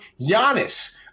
Giannis